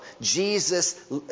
Jesus